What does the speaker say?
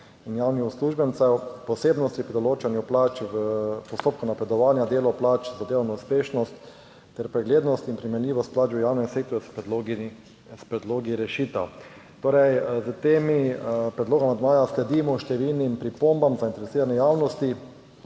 in javnih uslužbencev, posebnosti pri določanju plač v postopku napredovanja, delo plač za delovno uspešnost ter preglednost in primerljivost plač v javnem sektorju s predlogi s predlogi rešitev. Torej s temi predlogi amandmaja sledimo številnim pripombam zainteresirane javnosti,